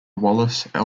wallace